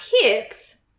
hips